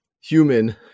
human